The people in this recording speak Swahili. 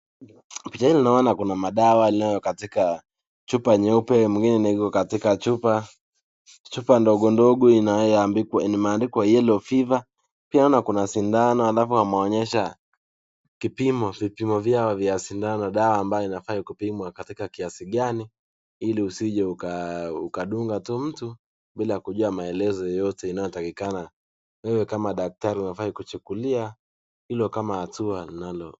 Pichani naona madawa iliyowekwa katika chupa nyeupe, ingine imewekwa katika chupa ndogo ndogo imeandikwa yellow fever . Pia kuna sindano alafu naona wameonyesha vipimo vya sindano alafu wameonyesha vipimo vyao vya sindano, dawa ambayo ambayo inafaa kupimwa katika kiasi gani ili usije ukadunga tu mtu bila kujua maelezo yoyote inayo takikana, wewe kama daktari hufai kuchukulia hilo kama hatua linalo